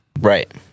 Right